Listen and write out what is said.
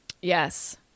Yes